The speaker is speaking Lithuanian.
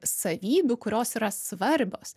savybių kurios yra svarbios